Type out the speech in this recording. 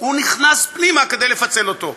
הוא נכנס פנימה כדי לפצל אותו.